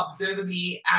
observably